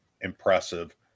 impressive